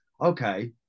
okay